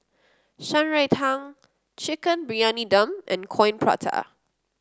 Shan Rui Tang Chicken Briyani Dum and Coin Prata